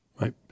Right